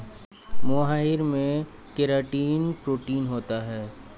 मोहाइर में keratin protein होता है